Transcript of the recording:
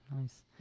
nice